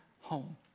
home